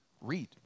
read